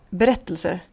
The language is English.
berättelser